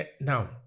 Now